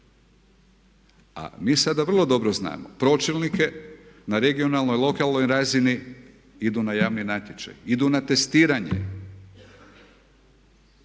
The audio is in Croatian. A mi sada vrlo dobro znamo pročelnike na regionalnoj, lokalnoj razini idu na javni natječaj, idu na testiranje.